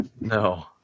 No